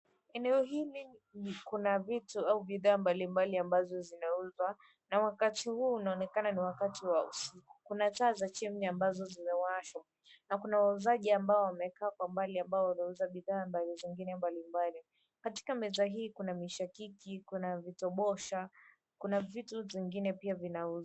Eneo hili kuna vitu au bidhaa mbalimbali ambazo zinauzwa. Na wakati huu unaonekana ni wakati wa usiku. Kuna taa za chimni ambazo zimewashwa, na kuna wauzaji ambao wamekaa kwa mbali ambao wameuza bidhaa ambazo zingine mbali mbali. Katika meza hii kuna mishakiki, kuna vitobosha, kuna vitu zingine pia vinauzwa.